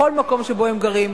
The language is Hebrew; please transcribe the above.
בכל מקום שבו הם גרים,